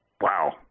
Wow